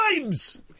times